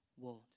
world